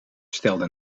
stelde